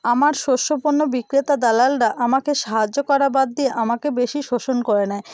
আমার শস্য পণ্য বিক্রেতা দালালরা আমাকে সাহায্য করা বাদ দিয়ে আমাকে বেশি শোষণ করে নেয়